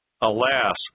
Alas